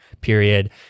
period